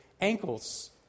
ankles